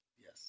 yes